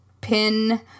pin